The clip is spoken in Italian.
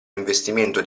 investimento